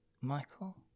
michael